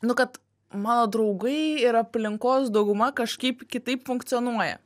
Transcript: nu kad mano draugai ir aplinkos dauguma kažkaip kitaip funkcionuoja